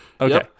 Okay